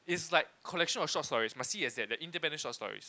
it's like collection of short stories must see as that the independent short stories